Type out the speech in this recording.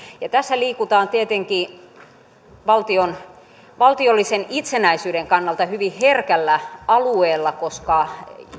ja tässä liikutaan tietenkin valtiollisen itsenäisyyden kannalta hyvin herkällä alueella koska